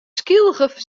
skylge